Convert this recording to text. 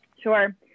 Sure